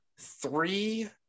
three